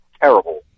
terrible